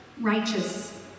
righteous